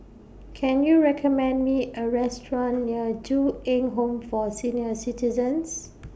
Can YOU recommend Me A Restaurant near Ju Eng Home For Senior Citizens